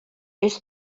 ist